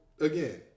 again